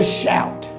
shout